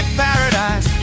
paradise